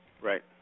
Right